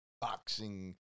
boxing